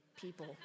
people